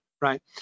right